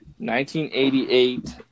1988